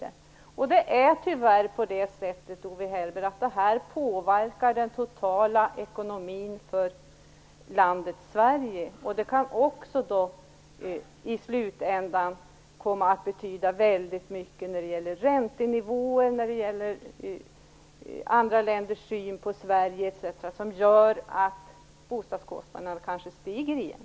Det är tyvärr så att det påverkar den totala ekonomin för landet Sverige. Det kan också i slutändan komma att betyda väldigt mycket för räntenivåerna och andra länders syn på Sverige etc. som gör att bostadskostnaderna kanske stiger igen.